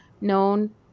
known